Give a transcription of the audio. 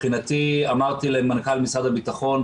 אמרתי למנכ"ל משרד הביטחון,